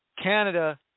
Canada